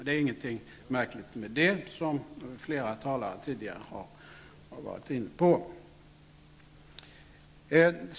Det är ingenting märkligt med det, vilket flera talare tidigare har varit inne på.